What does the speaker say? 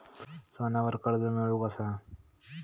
सोन्यावर कर्ज मिळवू कसा?